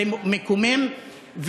זה מקומם,